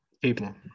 People